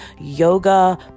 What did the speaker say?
yoga